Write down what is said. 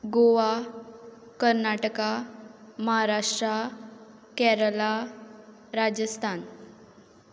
Goa Karnataka Maharashtra Kerala Rajasthan